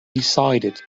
decided